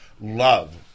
Love